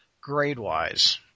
Grade-wise